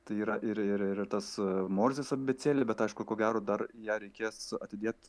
tai yra ir ir ir tas morzės abėcėlė bet tai aišku ko gero dar ją reikės atidėt